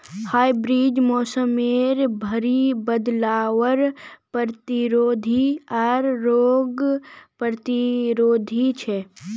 hybrid बीज मोसमेर भरी बदलावर प्रतिरोधी आर रोग प्रतिरोधी छे